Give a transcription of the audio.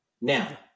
Now